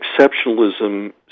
exceptionalism